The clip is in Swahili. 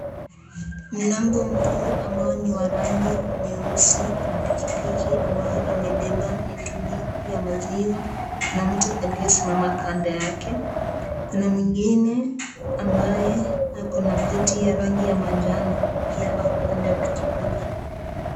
Mlango mkuu ambao ni wa rangi nyeusi. Kuna pikipiki ambao imebeba mitungi ya maziwa. Kuna mtu aliyesimama kando yake. Kuna mwingine ambaye ako na koti ya rangi ya manjano pia ako kando ya pikipiki.